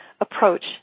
approach